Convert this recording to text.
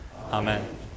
amen